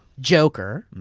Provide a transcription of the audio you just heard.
joker,